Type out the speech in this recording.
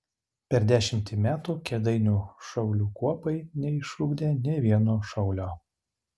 per dešimtį metų kėdainių šaulių kuopai neišugdė nei vieno šaulio